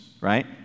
right